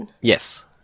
Yes